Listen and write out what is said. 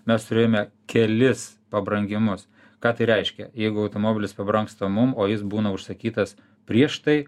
mes turėjome kelis pabrangimus ką tai reiškia jeigu automobilis pabrangsta mum o jis būna užsakytas prieš tai